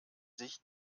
sich